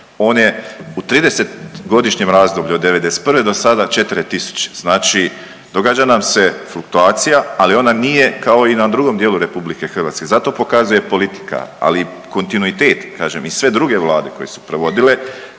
on je u 30-godišnjem razdoblju od '91. do sada 4 tisuće, znači događa nam se fluktuacija, ali ona nije kao i na drugom dijelu RH, zato pokazuje politika, ali kontinuitet kažem i sve druge Vlade koje su provodile